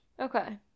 Okay